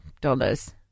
dollars